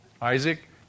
Isaac